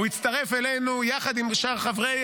הוא יצטרף אלינו יחד עם שאר חברי